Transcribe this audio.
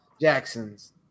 Jackson's